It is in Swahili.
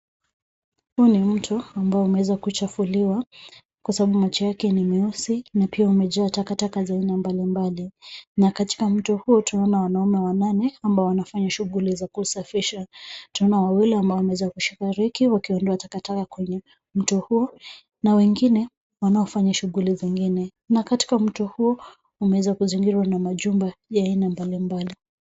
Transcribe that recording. Huu ni mto ambao umeweza kuchafuliwa kwa sababu maji yake ni myeusi na pia umejaa takataka za aina mbalimbali na katika mto huo, tunaona wanaume wanane, ambao wanafanya shughuli za kusafisha. Tunaona wawili ambao wameweza kushiriki wakiondoa takataka kwenye mto huo na wengine, wanaofanya shughuli zingine na katika mto huo, umewezwa kuzingirwa na majumba ya aina mbalimbali.